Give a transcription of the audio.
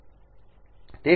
તેથી 4 લેવામાં આવે છે